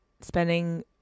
spending